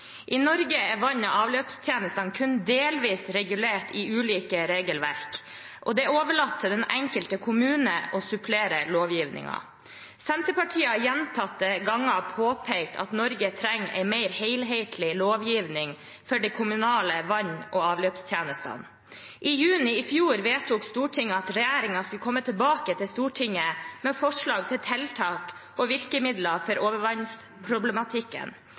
I Norge er vann- og avløpstjenestene kun delvis regulert i ulike regelverk, og det er overlatt til den enkelte kommune å supplere lovgivningen. Senterpartiet har gjentatte ganger påpekt at Norge trenger en mer helhetlig lovgivning for de kommunale vann- og avløpstjenestene. I juni i fjor vedtok Stortinget at regjeringen skulle komme tilbake til Stortinget med forslag til tiltak og virkemidler for overvannsproblematikken,